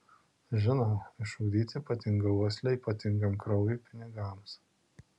žinau išugdyti ypatingą uoslę ypatingam kraujui pinigams